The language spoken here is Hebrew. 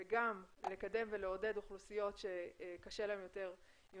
מחד וגם לקדם ולעודד אוכלוסיות שקשה להן יותר עם